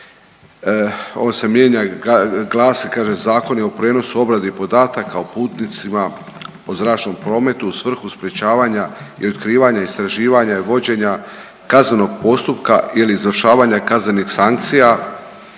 on se mijenja i glasi, kaže Zakon o prijenosu i obradi podataka o putnicima u zračnom prometu u svrhu sprječavanja i otkrivanja i istraživanja i vođenja kaznenog postupka ili izvršavanja kaznenih sankcija,